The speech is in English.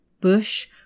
Bush